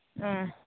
ꯎꯝ